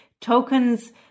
tokens